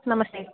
नमस्ते